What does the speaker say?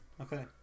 Okay